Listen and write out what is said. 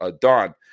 Don